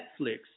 Netflix